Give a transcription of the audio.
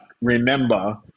remember